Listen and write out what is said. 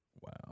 Wow